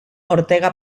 ortega